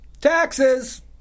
Taxes